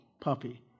puppy